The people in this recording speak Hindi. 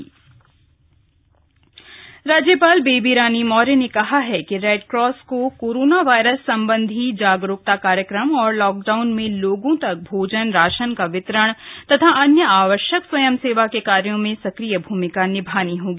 राज्यपाल समीक्षा राज्यपाल बेबी रानी मौर्य ने कहा है कि रेडक्रास को कोरोना वायरस संबंधी जागरूकता कार्यक्रम लॉकडाउन में लोगों तक भोजन राशन का वितरण और अन्य आवश्यक स्वयंसेवा के कार्यो में सक्रिय भूमिका निभानी होगी